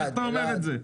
איך אתה אומר את זה?